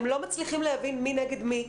הם לא מצליחים להבין מי נגד מי.